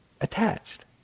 attached